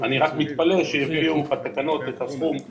אני מתפלא שהביאו בתקנות את הסכום הנמוך.